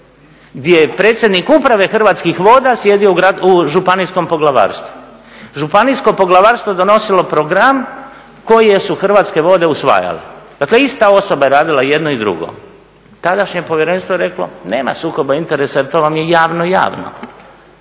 gdje je predsjednik Uprave Hrvatskih voda sjedio u županijskom poglavarstvu. Županijsko poglavarstvo donosilo program koje su Hrvatske vode usvajale, dakle ista osoba je radila jedno i drugo. Tadašnje povjerenstvo je reklo nema sukoba interesa jer to vam je javno, javno,